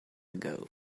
ago